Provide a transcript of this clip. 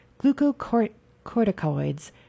glucocorticoids